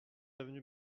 avenue